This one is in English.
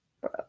bro